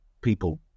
people